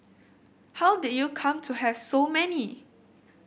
how did you come to have so many